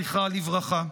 זכרה לברכה.